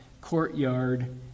courtyard